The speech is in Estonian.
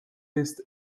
eest